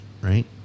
right